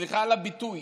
סליחה על הביטוי.